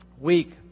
week